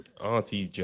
Auntie